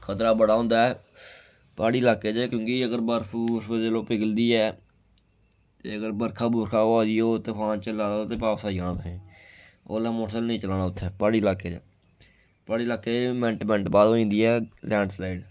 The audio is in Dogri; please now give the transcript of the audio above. खतरा बड़ा होंदा ऐ प्हाड़ी लाके च क्योंकि अगर बर्फ बुर्फ जेल्लै पिघलदी ऐ ते अगर बरखा बुरखा होआ दी हो तफान चला दा ते बापस आई जाना तुसें ओल्लै मोटरसैकल नेईं चलाना उत्थै प्हाड़ी लाके च प्हाड़ी लाके च मैंट्ट मैंट्ट बाद होई जंदी ऐ लैंड स्लाइड